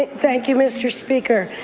thank you, mr. speaker.